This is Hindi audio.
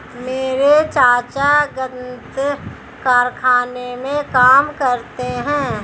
मेरे चाचा गन्ना कारखाने में काम करते हैं